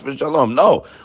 No